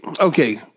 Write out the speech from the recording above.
Okay